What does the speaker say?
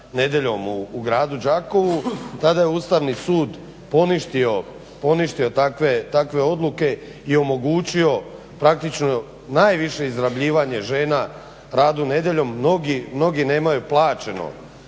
Ustavni sud poništio takve odluke i omogućio praktično najviše izrabljivanje žena radom nedjeljom. Mnogi nemaju plaćeno